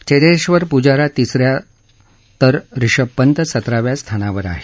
चेतेश्वर पुजारा तिसऱ्या तर रिषभ पंत सतराव्या स्थानावर आहे